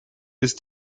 ist